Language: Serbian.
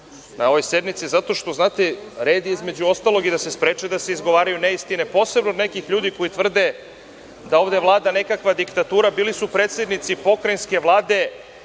na ovoj sednici, zato što je, znate, red je i između ostalog i da se spreči da se izgovaraju neistine posebno od nekih ljudi koji tvrde da ovde vlada nekakva diktatura, a bili su predsednici pokrajinske Vlade,